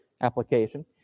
application